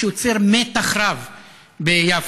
מה שיוצר מתח רב ביפו.